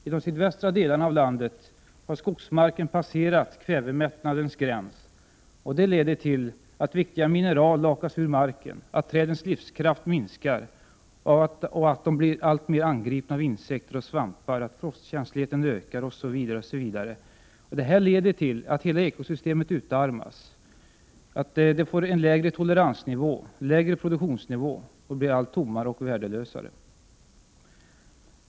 I de sydvästra delarna av vårt land har skogsmarken passerat kvävemättnadens gräns, och det leder till att viktiga mineral lakas ur marken, att trädens livskraft minskar och att de blir alltmer angripna av insekter och svampar, att frostkänsligheten ökar osv. Detta leder till att hela ekosystemet utarmas. Det får en lägre toleransnivå, en lägre produktionsnivå och blir allt tommare och värdelösare.